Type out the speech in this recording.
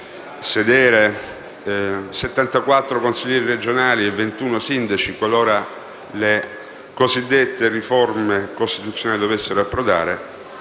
sedere 74 consiglieri regionali e 21 sindaci, qualora le cosiddette riforme costituzionali dovessero approdare,